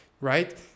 right